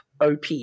Op